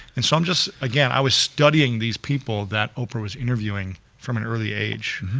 and so i'm just, again i was studying these people, that oprah was interviewing from an early age,